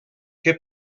que